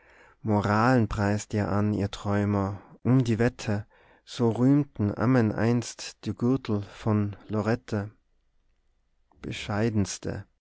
moralen preist ihr an ihr träumer um die wette so rühmten ammen einst die gürtel von lorette bescheidenste